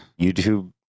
YouTube